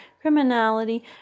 criminality